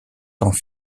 temps